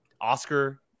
Oscar